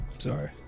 sorry